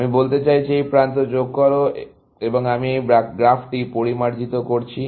আমি বলতে চাইছি এই প্রান্ত যোগ করো এবং আমি এই গ্রাফটি পরিমার্জিত করছি